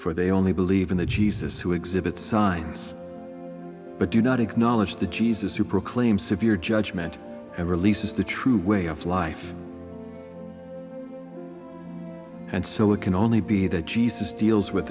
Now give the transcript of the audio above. for they only believe in a jesus who exhibit signs but do not acknowledge the jesus who proclaim severe judgement and releases the true way of life and so it can only be that jesus deals with